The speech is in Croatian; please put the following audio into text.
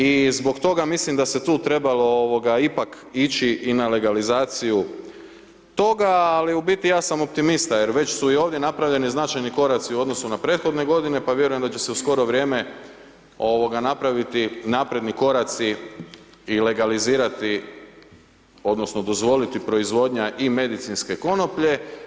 I zbog toga mislim da se tu trebalo ipak ići i na legalizaciju toga ali u biti ja sam optimista jer već su i ovdje napravljeni značajni koraci u odnosu na prethodne godine pa vjerujem da će se u skoro vrijeme napraviti napredni koraci i legalizirati odnosno dozvoliti proizvodnja i medicinske konoplje.